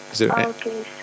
Okay